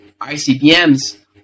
ICBMs